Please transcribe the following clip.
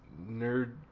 nerd